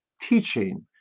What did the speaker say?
Teaching